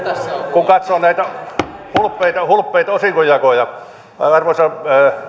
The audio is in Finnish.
kun katsoo näitä hulppeita hulppeita osingonjakoja arvoisa